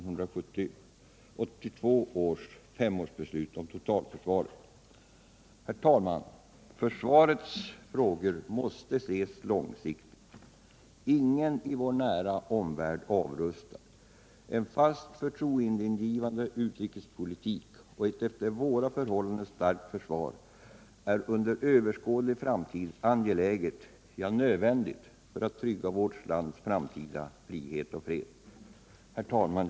Herr talman! Försvarets frågor måste ses långsiktigt. Ingen i vår nära omvärld avrustar. En fast, förtroendeingivande utrikespolitik och ett efter våra förhållanden starkt försvar är under överskådlig framtid angeläget — ja, nödvändigt — för att trygga vårt lands framtida frihet och fred. Herr talman!